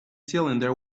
cylinder